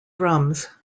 drums